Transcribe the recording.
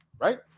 right